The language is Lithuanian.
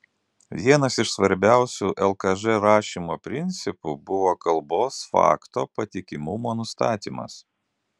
vienas iš svarbiausių lkž rašymo principų buvo kalbos fakto patikimumo nustatymas